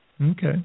Okay